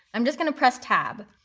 i'm just going to press tab.